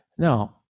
Now